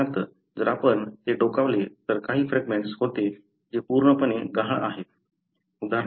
उदाहरणार्थ जर आपण ते डोकावले तर काही फ्रॅगमेंट्स होते जे पूर्णपणे गहाळ आहेत